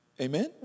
Amen